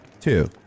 Two